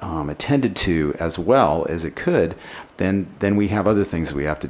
attended to as well as it could then then we have other things we have to